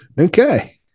Okay